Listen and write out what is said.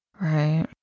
Right